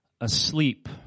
asleep